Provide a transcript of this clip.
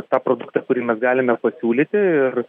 tą produktą kurį mes galime pasiūlyti ir